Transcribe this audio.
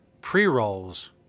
Pre-Rolls